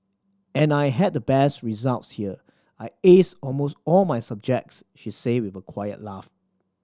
and I had the best results here I aced almost all my subjects she says with a quiet laugh